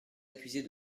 accuser